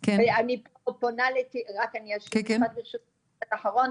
רק משפט אחרון,